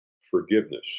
forgiveness